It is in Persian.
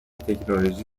تکنولوژی